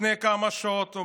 לפני כמה שעות.